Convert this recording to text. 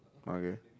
okay